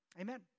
Amen